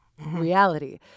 reality